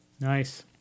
nice